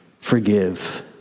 forgive